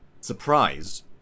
surprised